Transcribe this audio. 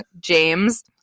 james